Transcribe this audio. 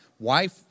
Wife